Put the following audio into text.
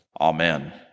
Amen